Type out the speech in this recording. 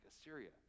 Assyria